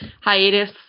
hiatus